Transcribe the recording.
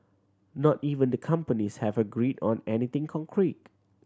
not even the companies have agreed on anything concrete